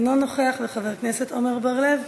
אינו נוכח, חבר הכנסת עמר בר-לב,